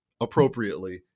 appropriately